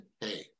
hey